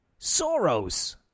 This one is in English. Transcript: Soros